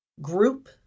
group